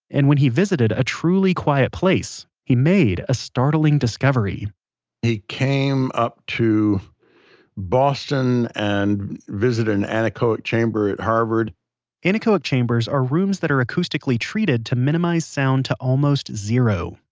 and when he visited a truly quiet place, he made a startling discovery he came up to boston and visited and anechoic chamber at harvard anechoic chambers are rooms that are acoustically treated to minimise sound to almost zero.